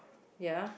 ya